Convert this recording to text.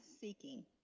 seeking